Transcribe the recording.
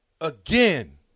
again